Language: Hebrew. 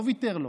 לא ויתר לו.